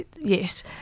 yes